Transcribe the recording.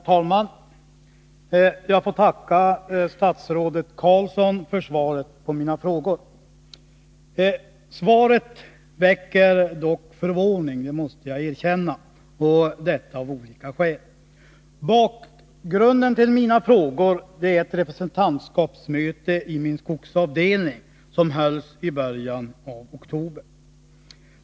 Herr talman! Jag vill tacka statsrådet Roine Carlsson för svaret på mina frågor. Svaret väcker dock förvåning — det måste jag erkänna, och detta av olika skäl. Bakgrunden till mina frågor är ett representantskapsmöte i min skogsavdelning som hölls i början av oktober.